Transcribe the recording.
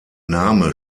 name